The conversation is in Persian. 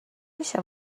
میشه